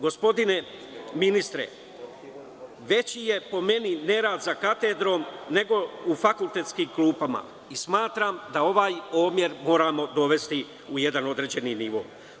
Gospodine ministre, veći je po meni nerad za katedrom nego u fakultetskim klupama i smatram da ovaj omer moramo dovesti u jedan određeni nivo.